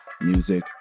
music